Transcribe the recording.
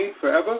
forever